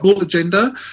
agenda